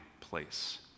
place